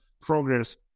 progress